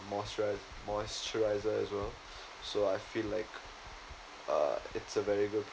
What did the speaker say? moisturise moisturiser as well so I feel like uh it's a very good